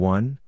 One